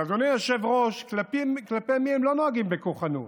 אדוני היושב-ראש, כלפי מי הם לא נוהגים בכוחנות?